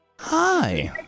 Hi